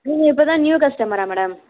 நீங்கள் இப்போதான் நியூ கஸ்டமராக மேடம்